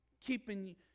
keeping